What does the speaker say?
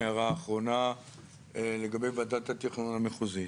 הערה אחרונה לגבי ועדת התכנון המחוזית.